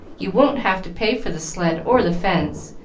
you won't have to pay for the sled or the fence.